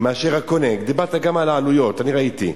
מאשר הקונה, דיברת גם על העלויות, אני ראיתי.